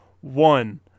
One